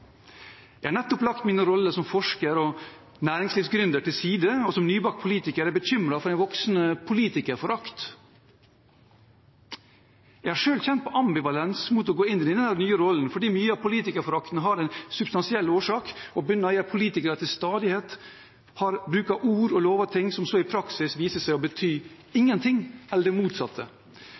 Jeg har nettopp lagt min rolle som forsker og næringslivsgründer til side, og som nybakt politiker er jeg bekymret for en voksende politikerforakt. Jeg har selv kjent på ambivalens mot å gå inn i denne nye rollen, fordi mye av politikerforakten har en substansiell årsak og bunner i at politikere til stadighet bruker ord og lover ting som så i praksis viser seg å bety ingenting – eller det motsatte.